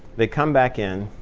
they come back in.